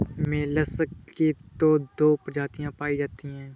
mollusc की तो दो प्रजातियां पाई जाती है